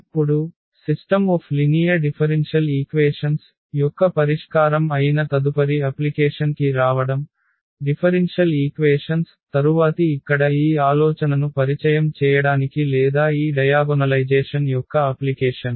ఇప్పుడు సరళ అవకలన సమీకరణాల వ్యవస్థ యొక్క పరిష్కారం అయిన తదుపరి అప్లికేషన్ కి రావడం అవకలన సమీకరణాలు తరువాతి ఇక్కడ ఈ ఆలోచనను పరిచయం చేయడానికి లేదా ఈ డయాగొనలైజేషన్ యొక్క అప్లికేషన్